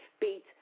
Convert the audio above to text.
beat